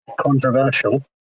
controversial